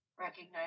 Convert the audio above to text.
Recognize